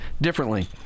differently